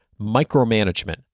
micromanagement